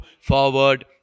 forward